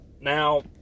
Now